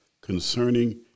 concerning